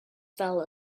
fell